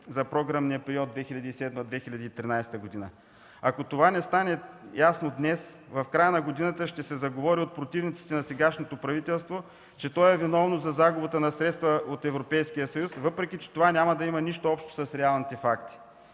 за програмния период 2007–2013 г.? Ако това не стане ясно днес, в края на годината от противниците на сегашното правителство ще се заговори, че то е виновно за загубата на средства от Европейския съюз, въпреки че това няма да има нищо общо с реалните факти.